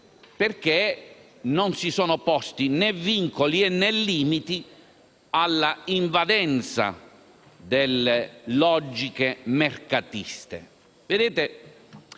non si sono posti né vincoli né limiti alla invadenza delle logiche mercatiste.